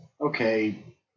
okay